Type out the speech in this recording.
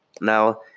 Now